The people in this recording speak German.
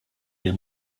der